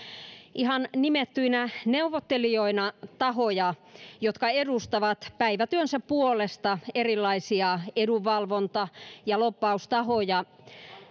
ihan nimettyinä neuvottelijoina tahoja jotka edustavat päivätyönsä puolesta erilaisia edunvalvonta ja lobbaustahoja